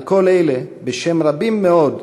על כל אלה, בשם רבים מאוד,